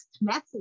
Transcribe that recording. message